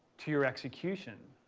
to your execution.